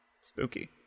spooky